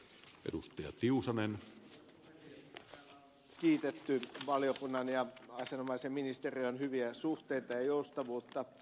täällä on kiitetty valiokunnan ja asianomaisen ministeriön hyviä suhteita ja joustavuutta